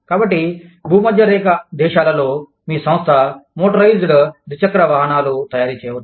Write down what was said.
కాబట్టి భూమధ్యరేఖ దేశాలలో మీ సంస్థ మోటరైజ్డ్ ద్విచక్ర వాహనాలు తయారీ చేయవచ్చు